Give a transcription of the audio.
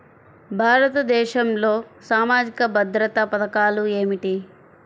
భారతదేశంలో సామాజిక భద్రతా పథకాలు ఏమిటీ?